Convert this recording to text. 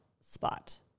spot